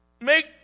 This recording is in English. Make